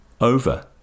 over